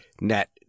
net